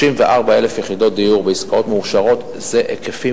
34,000 יחידות דיור בעסקאות מאושרות זה היקפים